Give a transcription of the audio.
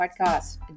Podcast